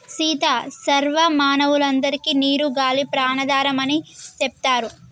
సీత సర్వ మానవులందరికే నీరు గాలి ప్రాణాధారం అని సెప్తారు